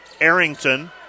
Arrington